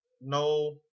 no